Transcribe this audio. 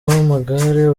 w’amagare